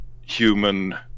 human